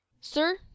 Sir